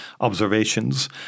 observations